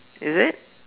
is it